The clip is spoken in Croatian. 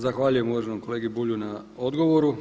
Zahvaljujem uvaženom kolegi Bulju na odgovoru.